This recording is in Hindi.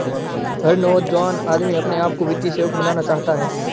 हर नौजवान आदमी अपने आप को वित्तीय सेवक बनाना चाहता है